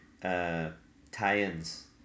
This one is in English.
tie-ins